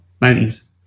Mountains